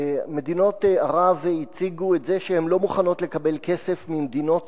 מדינות ערב הציגו את זה שהן לא מוכנות לקבל כסף ממדינות